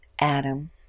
Adam